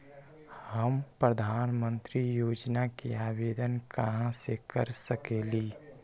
हम प्रधानमंत्री योजना के आवेदन कहा से कर सकेली?